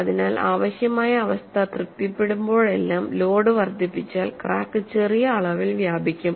അതിനാൽ ആവശ്യമായ അവസ്ഥ തൃപ്തിപ്പെടുമ്പോഴെല്ലാം ലോഡ് വർദ്ധിപ്പിച്ചാൽ ക്രാക്ക് ചെറിയ അളവിൽ വ്യാപിക്കും